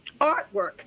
artwork